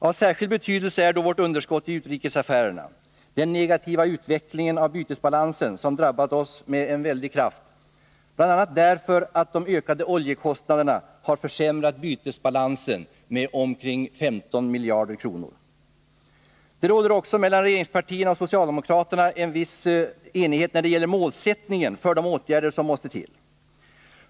Av särskild betydelse är då vårt underskott i utrikesaffärerna, den negativa utveckling av bytesbalansen som drabbat oss med en väldig kraft bl.a. därför att de ökade oljekostnaderna har försämrat bytesbalansen med omkring 15 miljarder. Det råder också mellan regeringspartierna och socialdemokraterna viss enighet om målsättningen med de åtgärder som måste till.